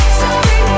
sorry